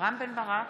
רם בן ברק,